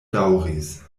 daŭris